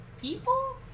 people